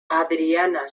adriana